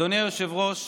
אדוני היושב-ראש,